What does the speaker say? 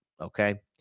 okay